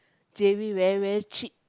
J_B very very cheap